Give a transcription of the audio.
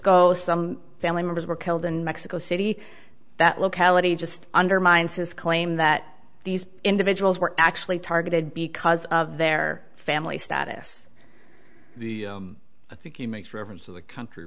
go some family members were killed in mexico city that locality just undermines his claim that these individuals were actually targeted because of their family status i think he makes reference to the country